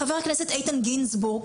חבר הכנסת איתן גינזבורג,